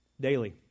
daily